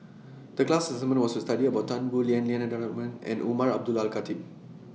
The class assignment was to study about Tan Boo Liat Lim Denan Denon and Umar Abdullah Al Khatib